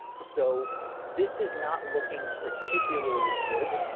so this is not looking particularly good.